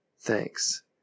Thanks